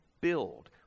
Build